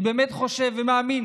אני באמת חושב ומאמין